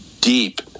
deep